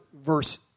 verse